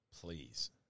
please